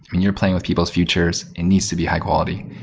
you're playing with people's futures. it needs to be high quality.